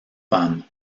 femmes